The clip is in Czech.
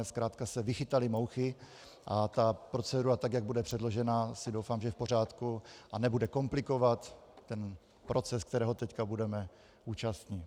Zkrátka se vychytaly mouchy a procedura, tak jak bude předložena, doufám, že je v pořádku a nebude komplikovat proces, kterého teď budeme účastni.